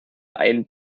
ein